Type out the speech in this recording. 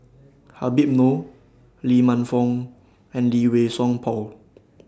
Habib Noh Lee Man Fong and Lee Wei Song Paul